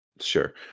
Sure